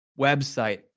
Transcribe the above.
website